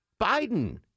Biden